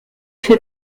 fait